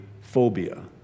phobia